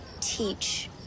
teach